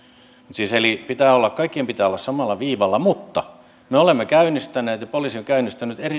siis kaikkien pitää olla samalla viivalla mutta me olemme käynnistäneet ja poliisi on käynnistänyt